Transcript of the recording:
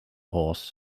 horse